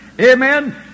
Amen